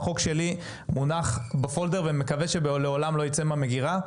החוק שלי מונח בפולדר ואני מקווה שלעולם לא ייצא מהמגירה.